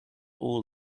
all